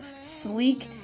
sleek